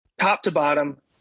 top-to-bottom